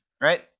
right